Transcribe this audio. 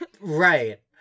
Right